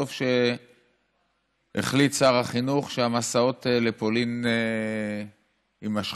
טוב שהחליט שר החינוך שהמסעות לפולין יימשכו.